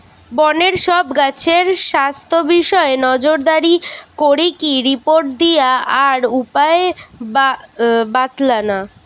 বনের সব গাছের স্বাস্থ্য বিষয়ে নজরদারি করিকি রিপোর্ট দিয়া আর উপায় বাৎলানা